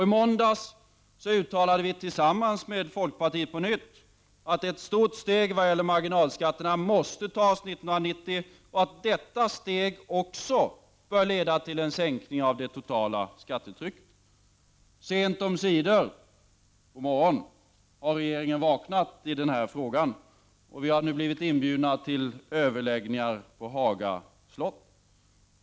I måndags uttalade vi tillsammans med folkpartiet på nytt att ett stort steg när det gäller att sänka marginalskatterna måste tas redan 1990, och att detta steg också borde leda till en sänkning av det totala skattetrycket. Sent omsider har även regeringen vaknat i denna fråga, god morgon, och vi har nu blivit inbjudna till överläggningar på Haga slott.